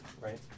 Right